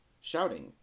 shouting